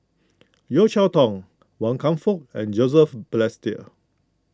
Yeo Cheow Tong Wan Kam Fook and Joseph Balestier